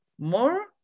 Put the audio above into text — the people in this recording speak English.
More